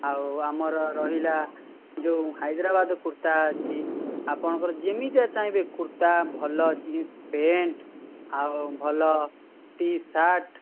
ଆଉ ଆମର ରହିଲା ଯେଉଁ ହାଇଦ୍ରାବାଦର କୁର୍ତ୍ତା ଅଛି ଆପଣଙ୍କର ଯେମିତିଆ ଚାହିଁବେ କୁର୍ତ୍ତା ଭଲ ଜିନ୍ସ ପ୍ୟାଣ୍ଟ୍ ଆଉ ଭଲ ଟିସାର୍ଟ୍